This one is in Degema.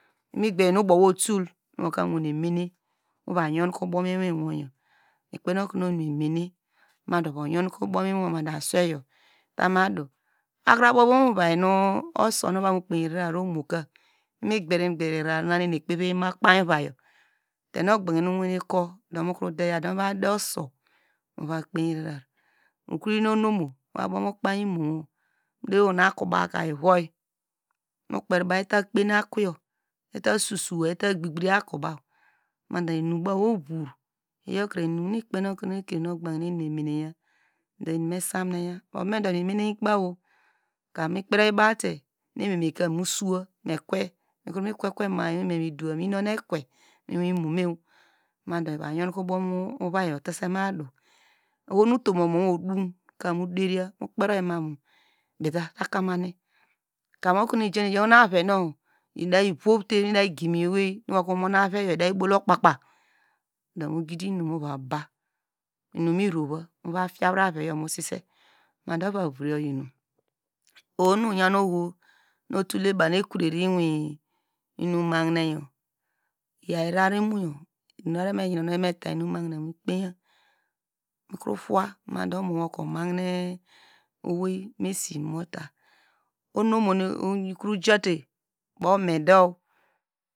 Imiger nu ubowo utul mu va yonke ubaw muiwinwo, ikpen okonu eni memene, madu ova yonke ubow muiwinwo matubo aswei yor itamu adu wokra bow mu ivom uvai nu usonu evomekper erara omoku imiger imiger arārā na nu eni ekpeve mu okpei ovai yor tenu ogbany ke mu wine ko mudeya do muva de oro mu va kpei irara okroyin onumu nu aku bow iviu iyokre iyor inum nu ikpe okonu me menekuba, me do me me kobowo mu kwe kwe ma- a iwiwo midowa madu eva yorke ubow mu uvai you etasema du, utum wo uduka mu deriya mu kperioyi etakamane ohonu avenu ibia voute me gimin owei, mu mu aveyor ida bow okpapa, mu gidinu mirova mutiya vri evejor, ohonu oyan ohonu otule baw nu ekrori inum mahineyor, yaw irara imoyor kpey, oso toy matubo omo woka omahine ewei mu esinu muta unamo nu ojate bomedo.